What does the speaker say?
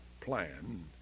plan